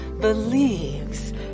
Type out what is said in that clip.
believes